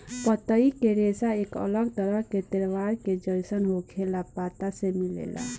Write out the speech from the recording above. पतई के रेशा एक अलग तरह के तलवार के जइसन होखे वाला पत्ता से मिलेला